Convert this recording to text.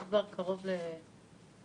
יש כבר קרוב ל-9,000